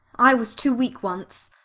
i was too weak once.